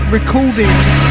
Recordings